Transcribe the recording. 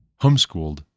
homeschooled